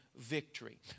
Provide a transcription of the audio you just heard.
victory